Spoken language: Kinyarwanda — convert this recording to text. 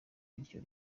bityo